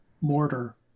mortar